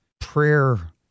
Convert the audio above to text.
prayer